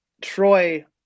Troy